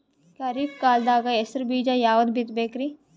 ಖರೀಪ್ ಕಾಲದಾಗ ಹೆಸರು ಬೀಜ ಯಾವದು ಬಿತ್ ಬೇಕರಿ?